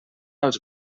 els